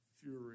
fury